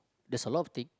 there's a lot of thing